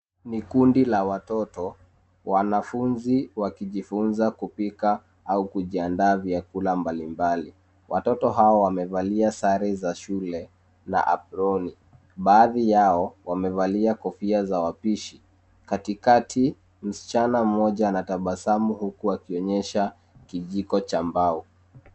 Ni kundi la watoto wanafunzi wakijifunza kupika au kujiandaa vyakula mbalimbali. Watoto hawa wamevalia sare za shule na aproni. Baadhi yao wamevalia kofia za wapishi. Katikati, msichana mmoja anatabasamu huku akionyesha kijiko cha mbao.